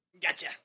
Gotcha